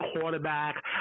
quarterback